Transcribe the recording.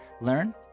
learn